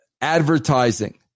advertising